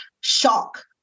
shock